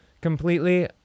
completely